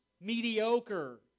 Mediocre